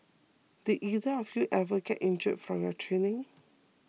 did either of you ever get injured from your training